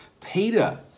Peter